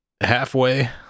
halfway